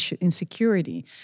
insecurity